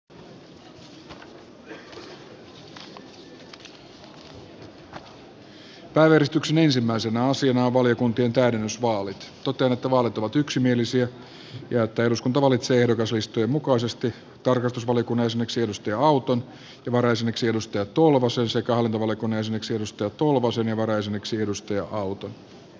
äänestyksen ensimmäisinä asioina valiokuntien täydennysvaalit totean että vaalit ovat yksimielisiä ja että eduskunta valitsee ehdokaslistojen mukaisesti tarkastusvaliokunnan jäseneksi heikki auton ja varajäseneksi kari tolvasen sekä hallintovaliokunnan jäseneksi kari tolvasen ja varajäseneksi heikki auton